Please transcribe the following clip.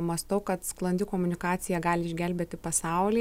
mąstau kad sklandi komunikacija gali išgelbėti pasaulį